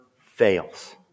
fails